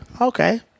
Okay